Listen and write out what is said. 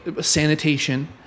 sanitation